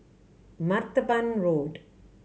Martaban Road